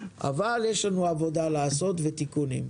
אבל יש לנו עבודה לעשות ותיקונים.